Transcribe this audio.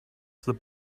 the